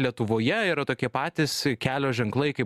lietuvoje yra tokie patys kelio ženklai kaip